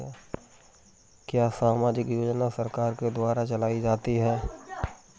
क्या सामाजिक योजना सरकार के द्वारा चलाई जाती है?